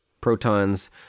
protons